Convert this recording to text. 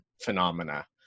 phenomena